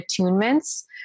attunements